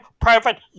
private